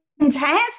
intense